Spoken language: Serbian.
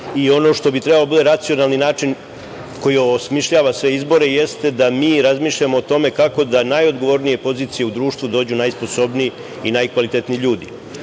Ono što bi trebalo da bude racionalni način koji osmišljava sve izbore jeste da mi razmišljamo o tome kako da na najodgovornije pozicije dođu najsposobniji i najkvalitetniji ljudi. Kada